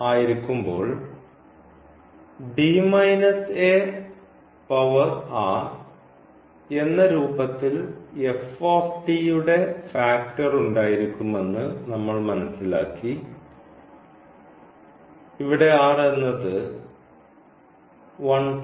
ആയിരിക്കുമ്പോൾ എന്ന രൂപത്തിൽ യുടെ ഫാക്ടർ ഉണ്ടായിരിക്കുമെന്ന് നമ്മൾ മനസ്സിലാക്കി ഇവിടെ എന്നത് 123